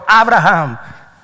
Abraham